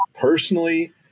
personally